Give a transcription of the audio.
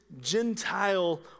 Gentile